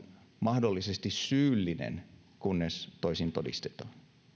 mahdollisesti syyllinen kunnes toisin todistetaan